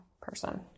person